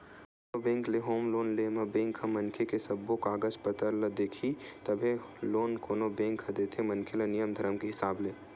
कोनो बेंक ले home loan ले म बेंक ह मनखे के सब्बो कागज पतर ल देखही तभे लोन कोनो बेंक ह देथे मनखे ल नियम धरम के हिसाब ले